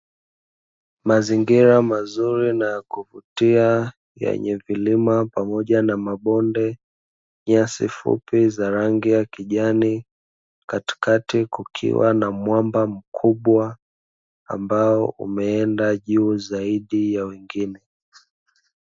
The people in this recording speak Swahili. Mazingira mazuri na kuvutia yenye vilima pamoja na mabonde, nyasi fupi za rangi ya kijani, katikati kukiwa na mwamba mkubwa ambao umeenda juu zaidi ya wengine.